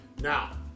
Now